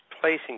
placing